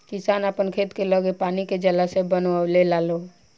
किसान आपन खेत के लगे पानी के जलाशय बनवे लालो